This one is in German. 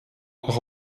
auch